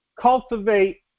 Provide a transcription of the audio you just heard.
Cultivate